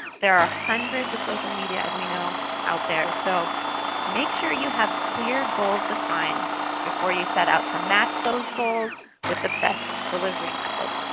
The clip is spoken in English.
there are hundreds of social media as we know out there, so make sure you have clear goals defined before you set out to match those goals with the best delivery method.